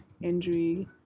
injury